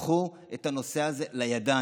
קחו את הנושא הזה לידיים,